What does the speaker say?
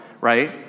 right